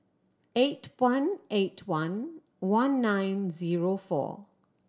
eight one eight one one nine zero four